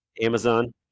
Amazon